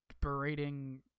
berating